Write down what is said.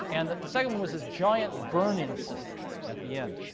and the second one was this giant burn in system at the end.